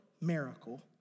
miracle